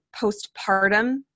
postpartum